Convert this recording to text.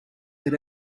that